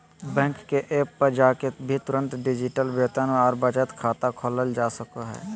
bank के app पर जाके भी तुरंत डिजिटल वेतन आर बचत खाता खोलल जा सको हय